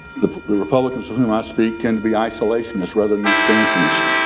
the republicans with whom i speak tend to be isolationist rather than expansionist.